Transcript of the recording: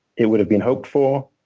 it would have been hoped for.